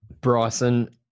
Bryson